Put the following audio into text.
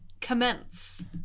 commence